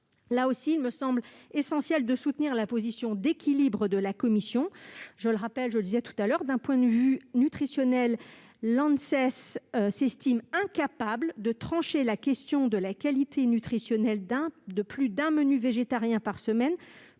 également, il me semble essentiel de soutenir la position d'équilibre de la commission. Je le rappelle, d'un point de vue nutritionnel, l'Anses s'estime incapable de trancher la question de la qualité nutritionnelle de plus d'un menu végétarien par semaine